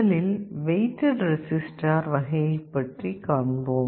முதலில் weighted resistor வகையை பற்றி காண்போம்